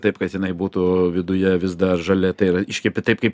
taip kad jinai būtų viduje vis dar žalia tai yra iškepi taip kaip